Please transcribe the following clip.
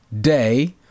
day